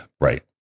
Right